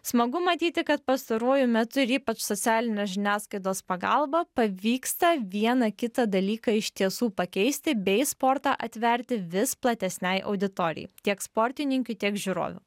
smagu matyti kad pastaruoju metu ir ypač socialinės žiniasklaidos pagalba pavyksta vieną kitą dalyką iš tiesų pakeisti bei sportą atverti vis platesnei auditorijai tiek sportininkių tiek žiūrovių